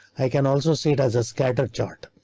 i can also see it as a scatter chart.